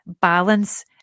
balance